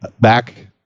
back